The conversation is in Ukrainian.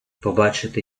побачити